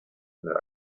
mit